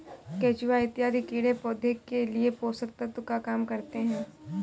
केचुआ इत्यादि कीड़े पौधे के लिए पोषक तत्व का काम करते हैं